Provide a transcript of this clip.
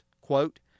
quote